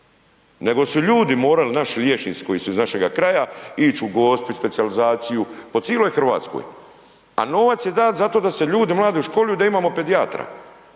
nego su ljudi morali, naši liječnici koji su iz našega kraja ić u Gospić na specijalizaciju, po ciloj RH, a novac je dat zato da se ljudi mladi školuju da imamo pedijatra,